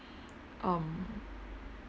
um